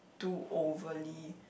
too overly